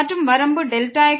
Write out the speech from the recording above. மற்றும் வரம்பு Δx→0